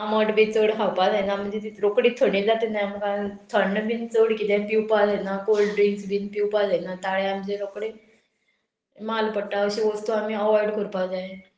आमट बी चड खावपा जायना म्हणजे ती रोकडी थंडी जाता ना आमकां थंड बीन चड किदें पिवपाक जायना कोल्ड ड्रिंक्स बीन पिवपा जायना ताळें आमचे रोकडे माल पडटा अश्यो वस्तू आमी अवॉयड करपा जाय